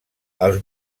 els